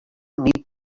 need